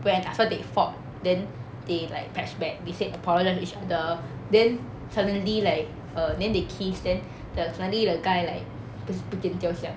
when after they fought then they like patch back they said apologise to each other then suddenly like err then they kiss then the suddenly the guy like 不不见掉这样